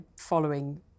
following